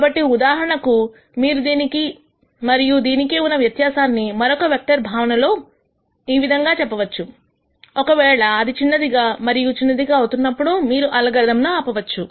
కాబట్టి ఉదాహరణకు మీరు దీనికి మరియు దీనికి ఉన్న వ్యత్యాసాన్ని మరొక వెక్టర్ భావనలో ఈ విధముగా చెప్పవచ్చు ఒకవేళ అది చిన్నదిగా మరియు చిన్నదిగా అవుతున్నప్పుడు మీరు అల్గారిథం ను ఆపవచ్చు